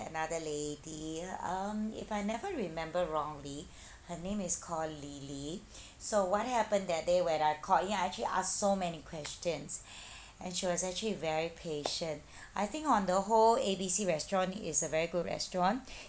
another lady um if I never remember wrongly her name is called lily so what happened that day when I called in I actually asked so many questions and she was actually very patient I think on the whole A B C restaurant is a very good restaurant